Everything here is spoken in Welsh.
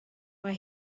mae